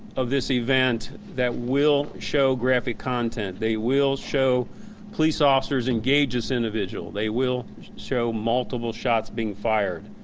of this event that will show graphic content. they will show police officers engage this individual. they will show multiple shots being fired.